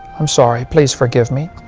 i'm sorry. please forgive me.